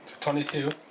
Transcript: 22